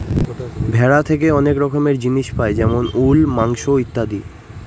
ভেড়া থেকে অনেক রকমের জিনিস পাই যেমন উল, মাংস ইত্যাদি